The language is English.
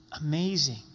Amazing